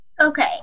Okay